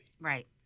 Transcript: right